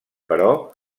però